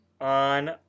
on